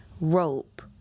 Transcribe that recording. rope